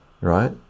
right